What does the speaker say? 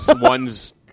one's